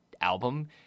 album